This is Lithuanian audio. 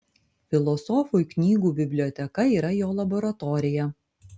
filosofui knygų biblioteka yra jo laboratorija